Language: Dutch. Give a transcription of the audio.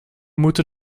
moeten